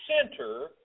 center